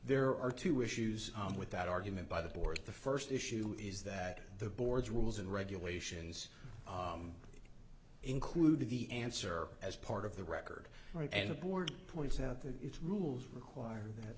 there are two issues with that argument by the board the first issue is that the board's rules and regulations included the answer as part of the record and the board points out that its rules require that